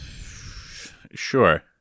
sure